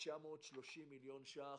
בכ-930 מיליון ש"ח.